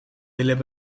willen